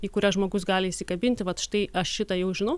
į kurią žmogus gali įsikabinti vat štai aš šitą jau žinau